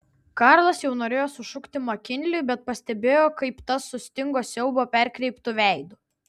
karlas jau norėjo sušukti makinliui bet pastebėjo kaip tas sustingo siaubo perkreiptu veidu